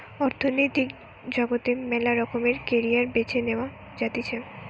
অর্থনৈতিক জগতে মেলা রকমের ক্যারিয়ার বেছে নেওয়া যাতিছে